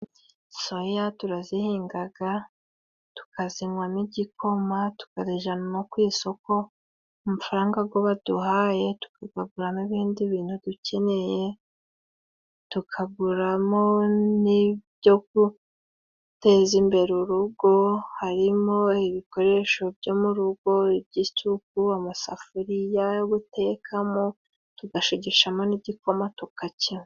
Soya turazihingaga， tukazinywamo igikoma， tukazijana no ku isoko， amafaranga go baduhaye tukagaguramo n'ibindi bintu dukeneye， tukaguramo n'ibyo guteza imbere urugo，harimo ibikoresho byo mu rugo by'isuku， amasafuriya yo gutekamo，tugashigishamo n'igikoma tukakinywa.